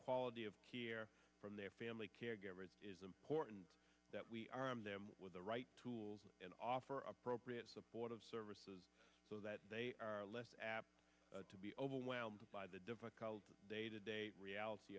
quality of hear from their family caregivers is important that we arm them with the right tools and offer appropriate supportive services so that they are less apt to be overwhelmed by the difficult day to day reality